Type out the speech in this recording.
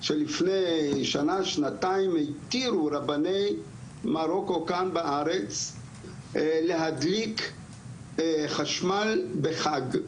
שלפני שנה שנתיים התירו רבני מרוקו כאן בארץ להדליק חשמל בחג,